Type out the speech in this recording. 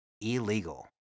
illegal